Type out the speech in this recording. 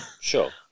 Sure